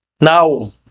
Now